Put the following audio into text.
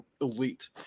elite